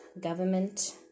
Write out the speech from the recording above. government